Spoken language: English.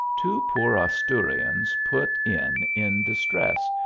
two poor asturians put in in distress,